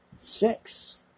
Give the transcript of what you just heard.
Six